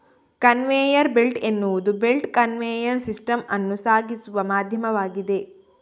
conveyor belt ಎನ್ನುವುದು belt conveyor system ಅನ್ನು ಸಾಗಿಸುವ ಮಾಧ್ಯಮವಾಗಿದೆ